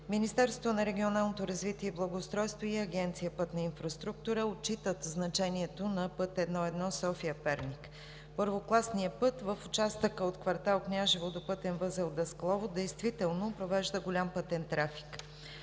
Министерството на регионалното развитие и благоустройството и Агенция „Пътна инфраструктура“ отчитат значението на път I-1 София – Перник. Първокласният път в участъка от квартал „Княжево“ до пътен възел „Даскалово“ действително провежда голям пътен трафик.